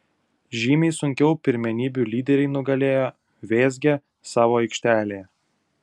žymiai sunkiau pirmenybių lyderiai nugalėjo vėzgę savo aikštelėje